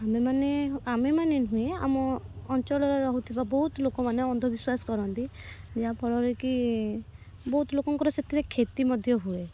ଆମେମାନେ ଆମେମାନେ ନୁହେଁ ଆମ ଅଞ୍ଚଳରେ ରହୁଥିବା ବହୁତ ଲୋକମାନେ ଅନ୍ଧବିଶ୍ୱାସ କରନ୍ତି ଯାହାଫଳରେ କି ବହୁତ ଲୋକଙ୍କର ସେଥିରେ କ୍ଷତି ମଧ୍ୟ ହୁଏ